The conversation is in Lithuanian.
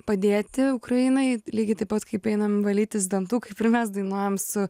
padėti ukrainai lygiai taip pat kaip einam valytis dantų kaip ir mes dainuojam su